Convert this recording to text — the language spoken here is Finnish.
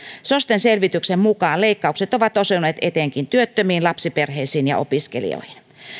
sosten selvityksen mukaan leikkaukset ovat osuneet etenkin työttömiin lapsiperheisiin ja opiskelijoihin